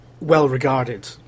Well-regarded